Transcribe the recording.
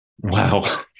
wow